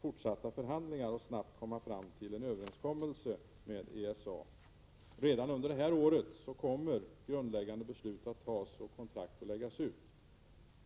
fortsatta förhandlingar och snabbt komma fram till en överenskommelse med ESA. Redan under innevarande år kommer grundläggande beslut att fattas och kontrakt att läggas ut.